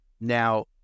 Now